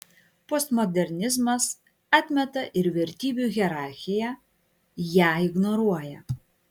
postmodernizmas atmeta ir vertybių hierarchiją ją ignoruoja